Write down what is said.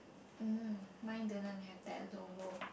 mm mine didn't have that logo